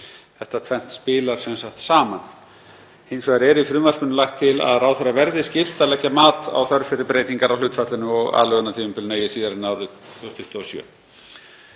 Þetta tvennt spilar sem sagt saman. Hins vegar er í frumvarpinu lagt til að ráðherra verði skylt að leggja mat á þörf fyrir breytingar á hlutfallinu og aðlögunartímabilinu eigi síðar en á árinu 2027.